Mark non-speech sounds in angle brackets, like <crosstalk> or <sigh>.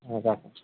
হ্যাঁ <unintelligible>